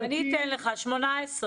--- אני אתן לך - 18.